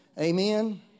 Amen